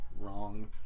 wrong